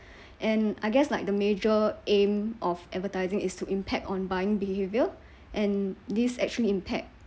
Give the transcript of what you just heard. and I guess like the major aim of advertising is to impact on buying behaviour and this actually impact